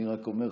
אני רק אומר,